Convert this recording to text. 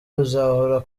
uzahora